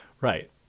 Right